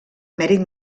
mèrit